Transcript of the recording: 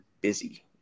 busy